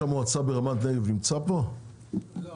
זה